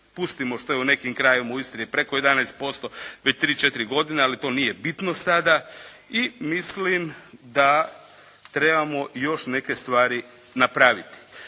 Pustimo što je u nekim krajevima u Istri je preko 11% već 3, 4 godine ali to nije bitno sada i mislim da trebamo još neke stvari napraviti.